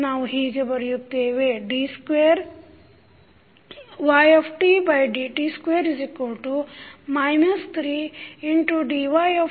ನಾವು ಹೀಗೆ ಬರೆಯುತ್ತೇವೆ d2ydt2 3dytdt 2ytrt